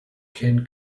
ken